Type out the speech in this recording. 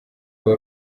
aba